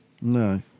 No